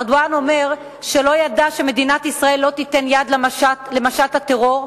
ארדואן אומר שלא ידע שמדינת ישראל לא תיתן יד למשט הטרור,